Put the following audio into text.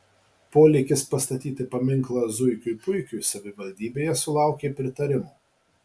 polėkis pastatyti paminklą zuikiui puikiui savivaldybėje sulaukė pritarimo